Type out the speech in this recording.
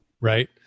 Right